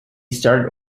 started